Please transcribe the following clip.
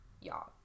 y'all